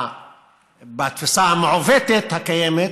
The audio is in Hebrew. בתפיסה המעוותת הקיימת,